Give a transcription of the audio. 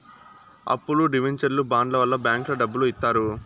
అప్పులు డివెంచర్లు బాండ్ల వల్ల బ్యాంకులో డబ్బులు ఇత్తారు